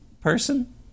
person